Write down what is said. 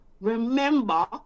remember